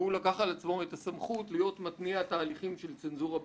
שהוא לקח על עצמו להיות מתניע התהליכים של הצנזורה בתרבות.